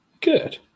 Good